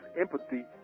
empathy